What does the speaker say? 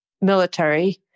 military